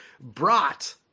brought